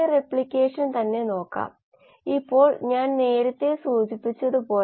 metabolic flux വിശകലനത്തിൽ അടുത്ത 20 വർഷത്തേക്കോ ഏകദേശം 15 വർഷത്തേക്കോ ധാരാളം പ്രവർത്തനങ്ങൾ നടക്കുന്നുണ്ട്